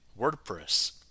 WordPress